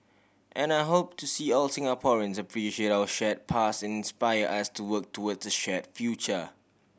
and I hope to see all Singaporeans appreciate our shared past and inspire us to work towards a shared future